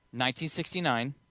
1969